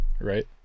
right